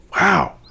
Wow